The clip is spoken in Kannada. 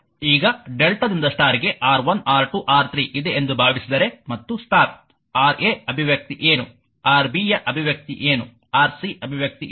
ಈಗ ಡೆಲ್ಟಾದಿಂದ ಸ್ಟಾರ್ ಗೆ R1R2 R3 ಇದೆ ಎಂದು ಭಾವಿಸಿದರೆ ಮತ್ತು ಸ್ಟಾರ್ Ra ಅಭಿವ್ಯಕ್ತಿ ಏನು Rbಯ ಅಭಿವ್ಯಕ್ತಿ ಏನು Rc ಅಭಿವ್ಯಕ್ತಿ ಏನು